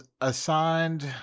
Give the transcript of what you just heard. assigned